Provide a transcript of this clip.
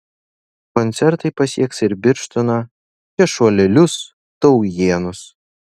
koncertai pasieks ir birštoną šešuolėlius taujėnus